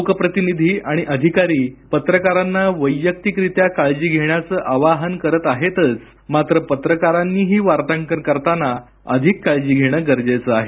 लोकप्रतिनिधी आणि अधिकारी पत्रकारांना वैयक्तिकरीत्या काळजी घेण्याचं आवाहन करत आहेतच पण पत्रकारांनीही वार्तांकन करताना अधिक काळजी घेणं गरजेचं आहे